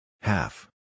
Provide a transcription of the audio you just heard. Half